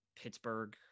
Pittsburgh